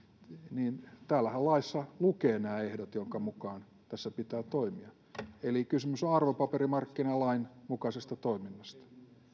niin täällä laissahan lukee nämä ehdot joidenka mukaan tässä pitää toimia eli kysymys on arvopaperimarkkinalain mukaisesta toiminnasta